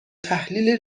تحلیل